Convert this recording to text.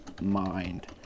mind